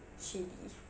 shady